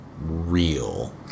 real